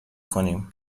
کنیم